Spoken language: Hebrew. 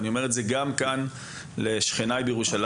אני אומר את זה גם כאן לשכניי הערבים בירושלים.